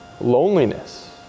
loneliness